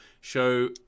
show